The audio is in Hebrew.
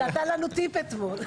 הוא נתן לו טיפ אתמול.